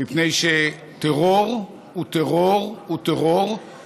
מפני שטרור הוא טרור הוא טרור הוא טרור,